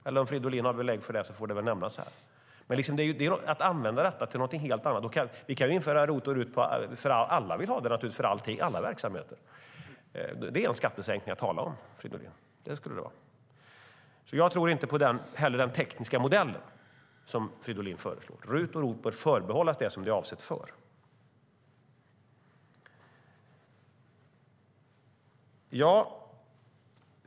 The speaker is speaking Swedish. Har Fridolin belägg för det får han nämna det. Alla vill ha ROT och RUT. Inför vi det för alla verksamheter kan vi tala om skattesänkning, Fridolin. Jag tror inte heller på den tekniska modell som du föreslår. ROT och RUT bör förbehållas det som det är avsett för.